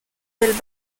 del